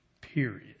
Period